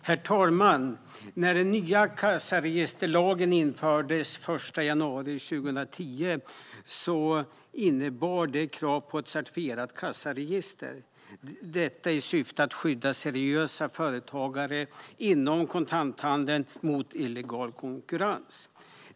Herr talman! När den nya kassaregisterlagen infördes den 1 januari 2010 innebar det krav på ett certifierat kassaregister - detta i syfte att skydda seriösa företagare inom kontanthandeln mot illegal konkurrens.